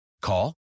Call